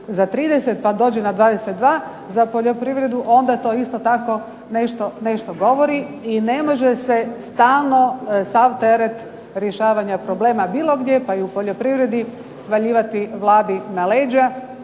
za 30, pa dođe na 22 za poljoprivredu onda to isto tako nešto govori. I ne može se stalno sav teret rješavanja problema bilo gdje, pa i u poljoprivredi, svaljivati Vladi na leđa.